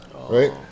right